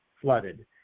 flooded